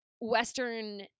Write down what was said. Western